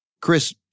Chris